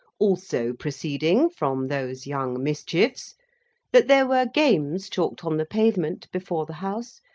also proceeding from those young mischiefs that there were games chalked on the pavement before the house,